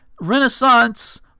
Renaissance